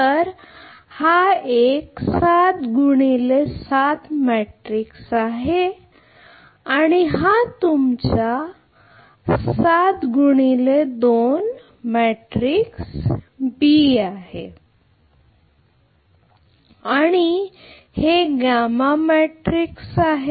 तर हा एक 7 x 7 मॅट्रिक्स आहे बरोबर आणि हा तुमचा 7 x 2 बी B मॅट्रिक्स आणि हे गामा मॅट्रिक्स आहे